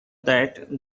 that